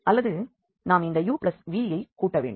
அல்லது நாம் இந்த uv ஐ கூட்டவேண்டும்